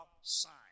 sign